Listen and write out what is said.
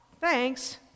thanks